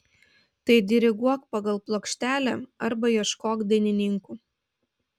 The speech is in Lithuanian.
tai diriguok pagal plokštelę arba ieškok dainininkų